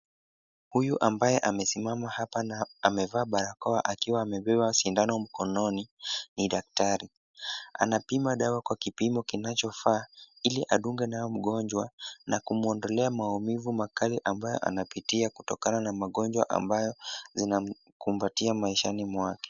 Huyu ambaye amesimama hapa na amevaa barakoa akiwa amebeba sindano mkononi ni daktari. Anapima dawa kwa kipimo kinachofaa ili adunge nayo mgonjwa na kumwondolea maumivu makali ambayo anapitia kutokana na magonjwa ambayo zinamkumbatia maishani mwake.